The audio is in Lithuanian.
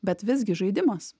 bet visgi žaidimas